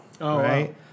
right